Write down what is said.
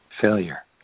failure